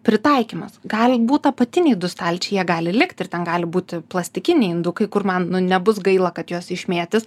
pritaikymas gali būt apatiniai du stalčiai jie gali likt ir ten gali būti plastikiniai indukai kur man nu nebus gaila kad juos išmėtys